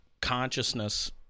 consciousness